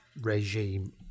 regime